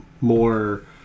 more